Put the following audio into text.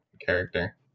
character